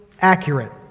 accurate